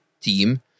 team